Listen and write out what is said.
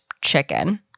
chicken